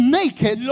naked